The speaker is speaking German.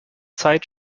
zeit